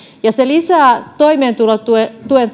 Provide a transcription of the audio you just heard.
ja lisää toimeentulotuen